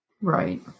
Right